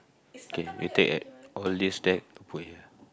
kay you take a~ all these stack put here